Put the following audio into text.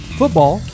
football